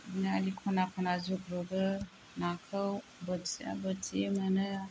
आलि खना खना जुग्रुबो नाखौ बोथिसे बोथिसे मोनो